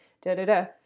da-da-da